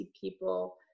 people